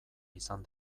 izan